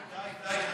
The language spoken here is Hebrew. אדוני.